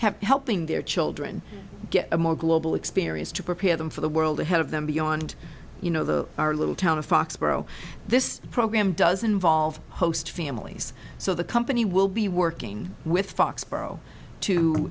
helping their children get a more global experience to prepare them for the world ahead of them beyond you know the our little town of foxborough this program does involve host families so the company will be working with foxboro